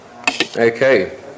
okay